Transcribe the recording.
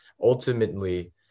ultimately